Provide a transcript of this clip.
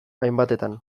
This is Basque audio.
hainbatetan